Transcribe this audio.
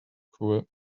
cool